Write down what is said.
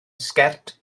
sgert